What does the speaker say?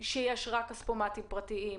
מקומות שיש בהם רק כספומטים פרטיים,